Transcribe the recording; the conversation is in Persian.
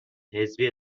حزبی